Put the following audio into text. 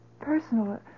personal